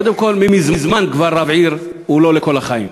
קודם כול, כבר מזמן רב עיר הוא לא לכל החיים.